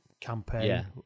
campaign